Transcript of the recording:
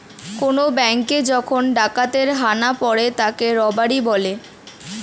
কোন ব্যাঙ্কে যখন ডাকাতের হানা পড়ে তাকে রবারি বলে